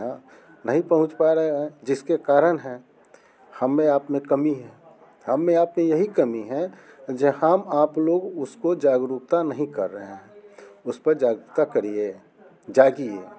हाँ नहीं पहुँच पा रहे हैं जिसके कारण है हम में अपमें कमी है हम में आपकी यही कमी है जे हम आप लोग उसको जागरूकता नहीं कर रहे हैं उस पर जागरूकता करिए जागिये